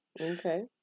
Okay